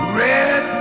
red